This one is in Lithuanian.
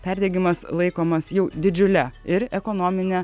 perdegimas laikomas jau didžiule ir ekonomine